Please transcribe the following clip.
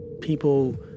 people